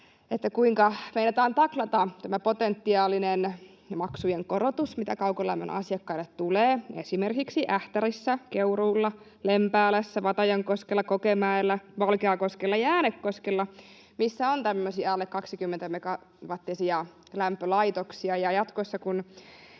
kuinka meinataan taklata tämä potentiaalinen maksujen korotus, mitä kaukolämmön asiakkaille tulee esimerkiksi Ähtärissä, Keuruulla, Lempäälässä, Vatajankoskella, Kokemäellä, Valkeakoskella ja Äänekoskella, missä on tämmöisiä alle 20-megawattisia lämpölaitoksia.